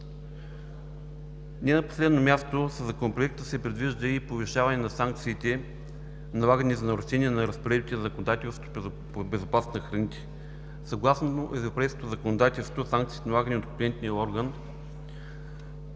Не на последно място, със Законопроекта се предвижда и повишаване на санкциите, налагани за нарушения на законодателството по безопасност на храните. Съгласно европейското законодателство санкциите, налагани от компетентния орган